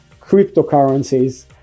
cryptocurrencies